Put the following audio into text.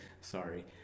sorry